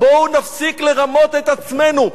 בואו נפסיק לרמות את עצמנו,